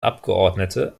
abgeordnete